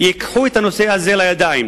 ייקחו את הנושא הזה לידיים,